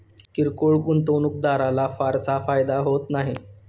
किरकोळ गुंतवणूकदाराला फारसा फायदा होत नाही